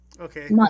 Okay